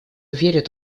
верит